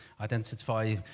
identify